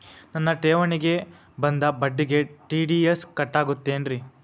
ನನ್ನ ಠೇವಣಿಗೆ ಬಂದ ಬಡ್ಡಿಗೆ ಟಿ.ಡಿ.ಎಸ್ ಕಟ್ಟಾಗುತ್ತೇನ್ರೇ?